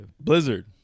Blizzard